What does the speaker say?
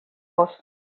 gos